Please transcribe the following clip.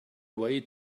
away